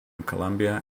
colombia